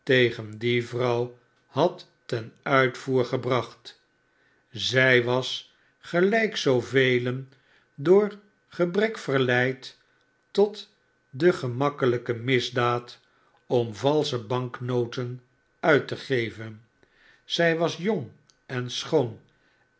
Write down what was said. tegen die vrouw had ten uitvoer gebracht zij was gelijk zoovelen door gebrek verleid tot de gemakkelijke misdaad om valsche banknoten uit te geven zij was jong en schoon